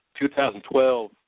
2012